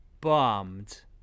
bummed